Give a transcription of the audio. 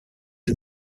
are